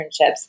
internships